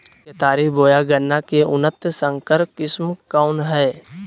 केतारी बोया गन्ना के उन्नत संकर किस्म कौन है?